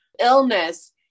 illness